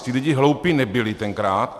Ti lidé hloupí nebyli tenkrát.